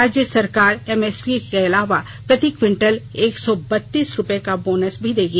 राज्य सरकार एमएसपी के अलावा प्रति क्वींटल एक सौ बत्तीस रूपये का बोनस भी देगी